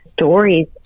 stories